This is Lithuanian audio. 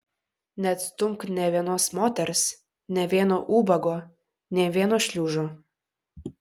neatstumk nė vienos moters nė vieno ubago nė vieno šliužo